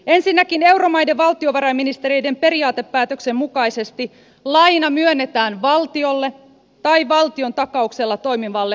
ensinnäkin euromaiden valtiovarainministereiden periaatepäätöksen mukaisesti laina myönnetään valtiolle tai valtion takauksella toimivalle pankkitukivirastolle